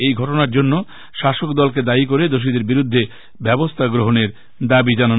এই ঘটনার জন্য শাসক দলকে দায়ী করে দোষীদের বিরুদ্ধে ব্যবস্থা গ্রহণের দাবি করেন